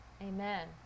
Amen